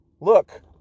look